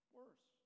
worse